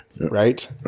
Right